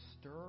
stir